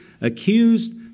accused